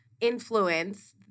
influence